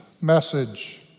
message